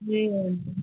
ए हजुर